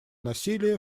насилия